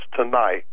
tonight